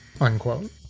unquote